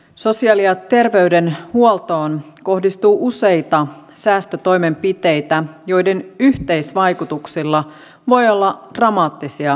sosiaali ja terveydenhuoltoon kohdistuu useita säästötoimenpiteitä joiden yhteisvaikutuksilla voi olla dramaattisia seuraamuksia